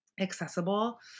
accessible